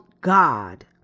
God